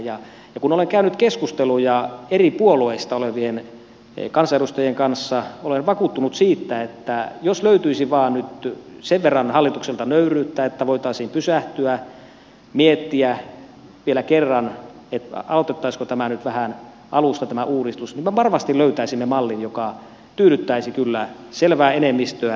ja kun olen käynyt keskusteluja eri puolueista olevien kansanedustajien kanssa olen vakuuttunut siitä että jos löytyisi vain nyt sen verran hallitukselta nöyryyttä että voitaisiin pysähtyä miettiä vielä kerran aloitettaisiinko nyt vähän alusta tämä uudistus niin me varmasti löytäisimme mallin joka tyydyttäisi kyllä selvää enemmistöä